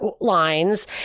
lines